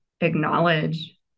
acknowledge